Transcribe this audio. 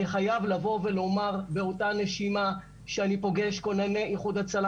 אני חייב לבוא ולומר באותה נשימה שאני פוגש כונני איחוד הצלה